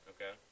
Okay